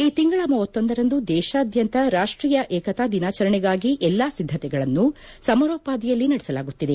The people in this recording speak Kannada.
ಈ ತಿಂಗಳ ಖರಂದು ದೇಶಾದ್ಯಂತ ರಾಷ್ಟೀಯ ಏಕತಾ ದಿನಾಚರಣೆಗಾಗಿ ಎಲ್ಲಾ ಸಿದ್ಧತೆಗಳನ್ನು ಸಮರೋಪಾದಿಯಲ್ಲೇ ನಡೆಸಲಾಗುತ್ತಿದೆ